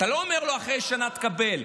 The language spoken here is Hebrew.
אתה לא אומר לו שאחרי שנה תקבל,